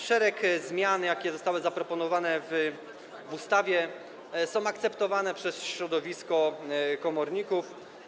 Szereg zmian, jakie zostały zaproponowane w ustawie, jest akceptowanych przez środowisko komorników.